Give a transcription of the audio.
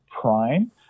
Prime